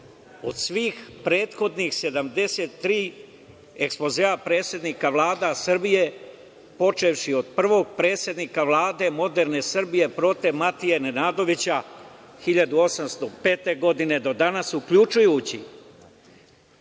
od svih prethodnih 73 ekspozea predsednika vlada Srbije počevši od prvog predsednika Vlade moderne Srbije Prote Matije Nenadovića 1805. godine do danas, uključujući